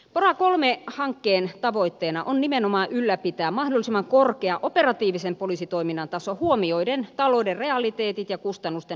pora iii hankkeen tavoitteena on nimenomaan ylläpitää mahdollisimman korkea operatiivisen poliisitoiminnan taso huomioiden talouden realiteetit ja kustannusten nousupaineet